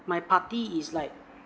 my party is like